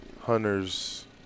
hunters